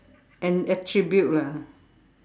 an attribute lah